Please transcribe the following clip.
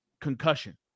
concussion